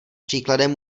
příkladem